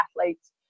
athletes